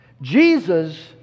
Jesus